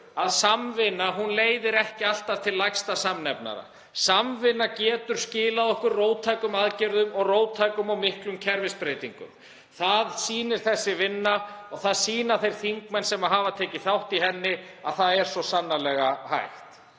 að samvinna leiðir ekki alltaf til lægsta samnefnara. Samvinna getur skilað okkur róttækum aðgerðum og róttækum og miklum kerfisbreytingum. Það sýnir þessi vinna. Það sýna þeir þingmenn sem hafa tekið þátt í henni að það er svo sannarlega hægt.